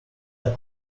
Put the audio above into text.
out